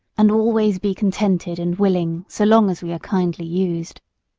and always be contented and willing so long as we are kindly used.